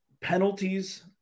penalties